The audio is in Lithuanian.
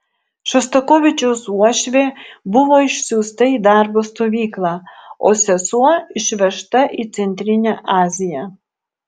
šostakovičiaus uošvė buvo išsiųsta į darbo stovyklą o sesuo išvežta į centrinę aziją